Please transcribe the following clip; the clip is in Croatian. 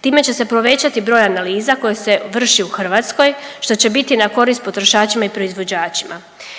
Time će se povećati broj analiza koje se vrši u Hrvatskoj, što će biti na korist potrošačima i proizvođačima.